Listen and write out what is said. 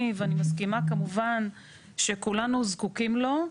ואני מסכימה כמובן שכולנו זקוקים לו,